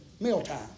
mealtime